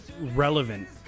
Relevant